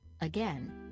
Again